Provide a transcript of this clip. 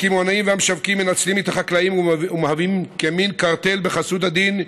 הקמעונאים והמשווקים מנצלים את החקלאים ומהווים כמין קרטל בחסות הדין,